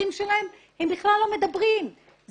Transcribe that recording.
בכלל לא מדברים על זכויות אזרח,